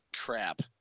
crap